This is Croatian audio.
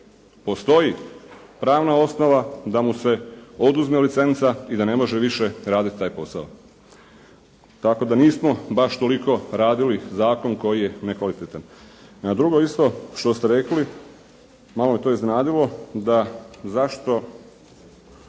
Postoji pravna osnova da mu se oduzme licenca i da ne može više raditi taj posao. Tako da nismo baš toliko radili zakon koji je nekvalitetan. A drugo isto što ste rekli, malo me to iznenadilo da zašto